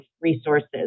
resources